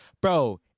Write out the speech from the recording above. bro